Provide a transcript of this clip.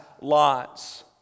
lots